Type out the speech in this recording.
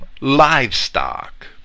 livestock